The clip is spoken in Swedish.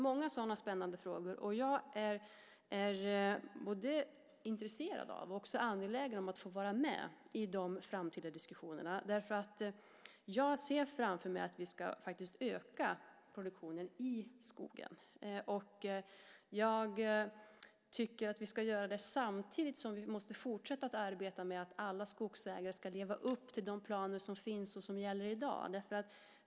Många sådana spännande frågor kommer upp, och jag är både intresserad av och angelägen om att få vara med i de framtida diskussionerna, därför att jag ser framför mig att vi faktiskt ska öka produktionen i skogen. Jag tycker att vi ska göra det, samtidigt som vi måste fortsätta att arbeta med att alla skogsägare ska leva upp till de planer som finns och som gäller i dag.